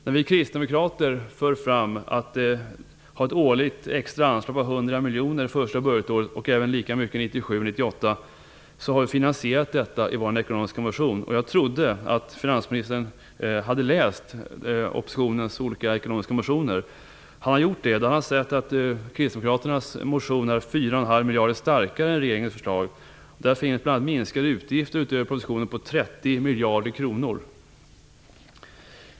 När vi kristdemokrater för fram förslaget om ett årligt extra anslag på 100 miljoner första budgetåret och lika mycket 1997/98 har vi finansierat detta i vår ekonomiska motion. Jag trodde att finansministern hade läst oppositionens olika ekonomiska motioner. Om han hade gjort det hade han sett att förslagen i kristdemokraternas motion är 4,5 miljarder starkare än regeringens förslag. Där finns bl.a. förslag om minskade utgifter, utöver vad som finns i propositionen, på 30 miljarder kronor.